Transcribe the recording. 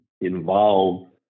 involved